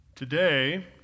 Today